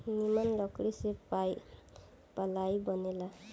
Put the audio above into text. निमन लकड़ी से पालाइ बनेला